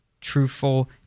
truthful